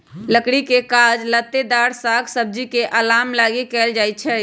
लकड़ी के काज लत्तेदार साग सब्जी के अलाम लागी कएल जाइ छइ